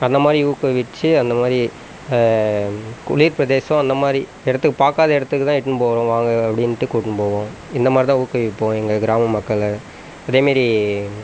அந்தமாதிரி ஊக்குவித்து அந்தமாதிரி குளிர்பிரதேசம் அந்தமாதிரி இடத்துக்கு பார்க்காத இடத்துக்கு தான் இட்டுன்னு போகிறோம் வாங்க அப்படினுட்டு கூட்டினு போவோம் இந்தமாதிரி தான் ஊக்குவிப்போம் எங்கள் கிராம மக்களை அதேமாதிரி